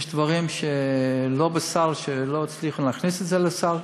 יש דברים שלא בסל, שלא הצליחו להכניס את זה לסל.